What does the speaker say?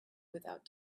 without